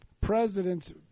presidents